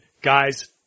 guys